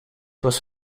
was